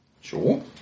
Sure